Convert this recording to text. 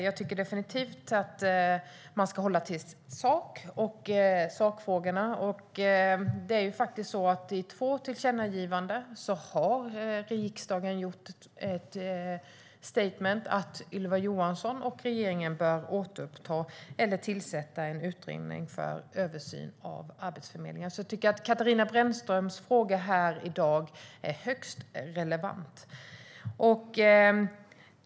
Jag tycker definitivt att man ska hålla sig till sakfrågorna, och det är faktiskt så att i två tillkännagivanden har riksdagen gjort ett statement att Ylva Johansson och regeringen bör återuppta eller tillsätta en utredning för översyn av Arbetsförmedlingen. Jag tycker därför att Katarina Brännströms fråga här i dag är högst relevant.